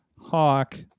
hawk